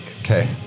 Okay